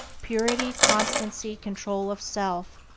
purity, constancy, control of self,